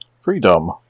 Freedom